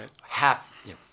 half